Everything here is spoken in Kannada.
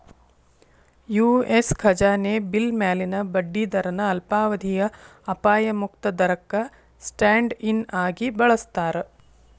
ಯು.ಎಸ್ ಖಜಾನೆ ಬಿಲ್ ಮ್ಯಾಲಿನ ಬಡ್ಡಿ ದರನ ಅಲ್ಪಾವಧಿಯ ಅಪಾಯ ಮುಕ್ತ ದರಕ್ಕ ಸ್ಟ್ಯಾಂಡ್ ಇನ್ ಆಗಿ ಬಳಸ್ತಾರ